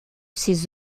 ses